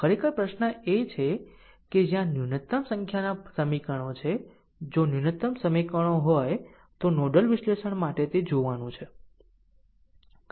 ખરેખર પ્રશ્ન એ છે કે જ્યાં ન્યુનત્તમ સંખ્યાનાં સમીકરણો છે જો ન્યુનત્તમ સમીકરણ હોય તો નોડલ વિશ્લેષણ માટે તે જોવાનું છે